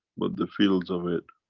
but the fields of it.